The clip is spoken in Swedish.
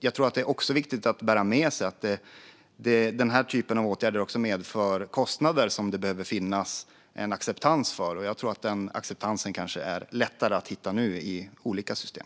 Jag tror att det även är viktigt att bära med sig att den här typen av åtgärder medför kostnader som det behöver finnas en acceptans för. Jag tror att den acceptansen kanske är lättare att hitta nu i olika system.